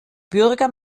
bürger